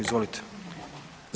Izvolite.